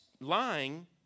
lying